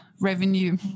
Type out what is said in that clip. Revenue